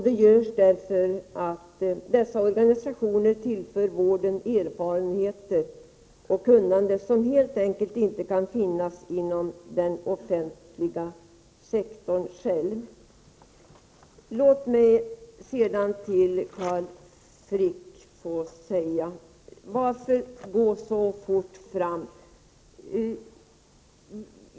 Detta görs eftersom dessa organisationer tillför vården erfarenheter och kunnande som helt enkelt inte kan finnas inom den offentliga sektorn. Låt mig till Carl Frick säga följande: Varför skall man gå så fort fram?